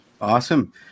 Awesome